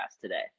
today